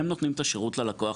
הם נותנים את השירות ללקוח.